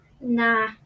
Nah